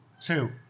Two